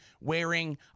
wearing